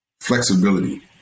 flexibility